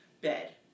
bed